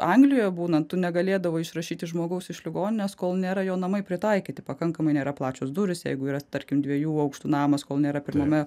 anglijoje būnant tu negalėdavai išrašyti žmogaus iš ligoninės kol nėra jo namai pritaikyti pakankamai nėra plačios durys jeigu yra tarkim dviejų aukštų namas kol nėra pirmame